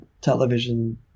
television